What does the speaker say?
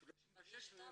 כי זה דירה אחת.